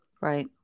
Right